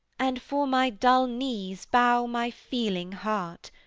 and for my dull knees bow my feeling heart,